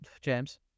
James